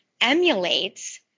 emulates